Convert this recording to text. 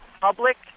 public